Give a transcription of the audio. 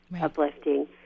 uplifting